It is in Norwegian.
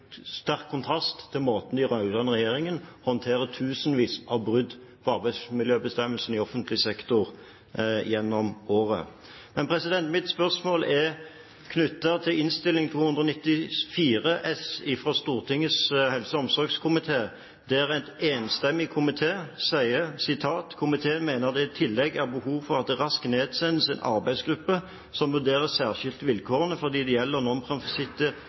sterk kontrast til måten den rød-grønne regjeringen håndterer tusenvis av brudd på arbeidsmiljøbestemmelsene i offentlig sektor på gjennom året. Men mitt spørsmål er knyttet til Innst. 294 S for 2009–2010, fra Stortingets helse- og omsorgskomité, der en enstemmig komité sier: «Komiteen mener det i tillegg er behov for at det raskt nedsettes en arbeidsgruppe som vurderer særskilt vilkårene for